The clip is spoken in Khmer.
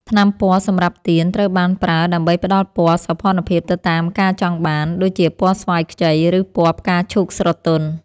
ថ្នាំពណ៌សម្រាប់ទៀន ត្រូវបានប្រើដើម្បីផ្ដល់ពណ៌សោភ័ណភាពទៅតាមការចង់បាន ដូចជាពណ៌ស្វាយខ្ចី ឬពណ៌ផ្កាឈូកស្រទន់។